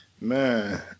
Man